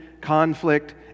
conflict